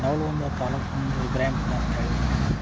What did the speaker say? Navalgund taluk